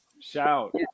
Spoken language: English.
Shout